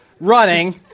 running